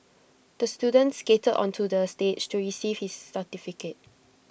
the student skated onto the stage to receive his certificate